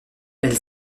elle